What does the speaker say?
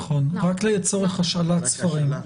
נכון, רק לצורך השאלת ספרים.